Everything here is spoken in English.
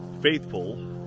faithful